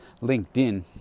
LinkedIn